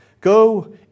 go